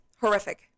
horrific